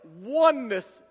oneness